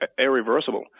irreversible